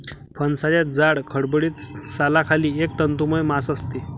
फणसाच्या जाड, खडबडीत सालाखाली एक तंतुमय मांस असते